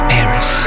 Paris